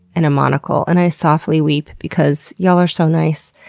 and a monocle. and i softly weep, because y'all are so nice.